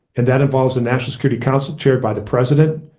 and that involves a national security council chaired by the president,